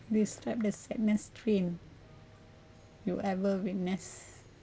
describe the sadness thing you ever witness